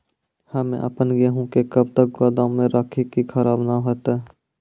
हम्मे आपन गेहूँ के कब तक गोदाम मे राखी कि खराब न हते?